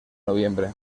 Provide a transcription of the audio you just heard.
noviembre